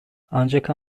ancak